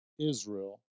Israel